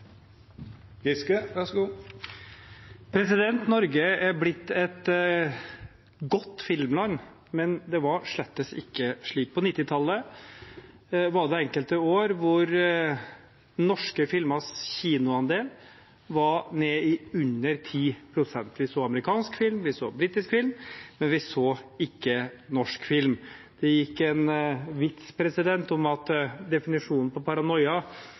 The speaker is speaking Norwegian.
å forsterke. Så da vil jeg anbefale representanten Hjemdal å ta et oppgjør med egen regjering først. Norge er blitt et godt filmland, men det har slettes ikke alltid vært slik. På 1990-tallet var det enkelte år hvor norske filmers kinoandel var nede i under 10 pst. Vi så amerikansk film, vi så britisk film, men vi så ikke norsk film. Det gikk en vits om